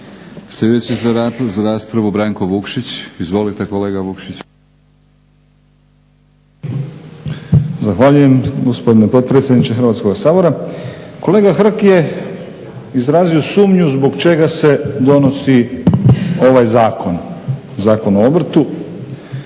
Vukšić. **Vukšić, Branko (Hrvatski laburisti - Stranka rada)** Zahvaljujem gospodine potpredsjedniče Hrvatskoga sabora. Kolega Hrg je izrazio sumnju zbog čega se donosi ovaj zakon, Zakon o obrtu.